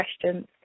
questions